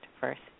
first